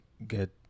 get